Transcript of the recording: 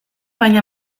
baina